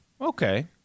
Okay